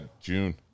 June